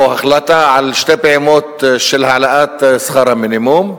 או החלטה על שתי פעימות של העלאת שכר המינימום.